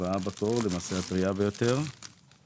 ושמואל 580369734 בית כנסת